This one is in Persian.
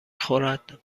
خورد